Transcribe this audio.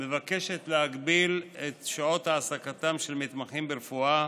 מבקשת להגביל את שעות העסקתם של מתמחים ברפואה